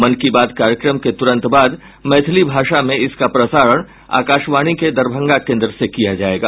मन की बात कार्यक्रम के तुरंत बाद मैथिली भाषा में इसका प्रसारण आकाशवाणी के दरभंगा केन्द्र से किया जायेगा